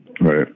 Right